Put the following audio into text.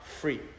free